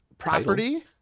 Property